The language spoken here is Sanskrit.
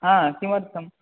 हा किमर्थं